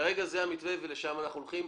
כרגע זה המתווה ולשם אנחנו הולכים.